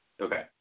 Okay